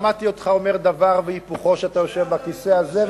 אני שמעתי אותך אומר דבר והיפוכו כשאתה יושב בכיסא הזה,